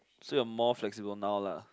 so you're more flexible now lah